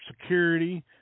security